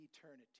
eternity